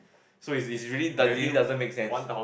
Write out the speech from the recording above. so is is really it really doesn't make sense